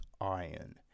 Iron